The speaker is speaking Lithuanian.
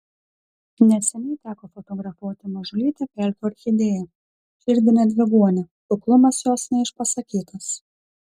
neseniai teko fotografuoti mažulytę pelkių orchidėją širdinę dviguonę kuklumas jos neišpasakytas